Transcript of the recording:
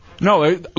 No